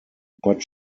but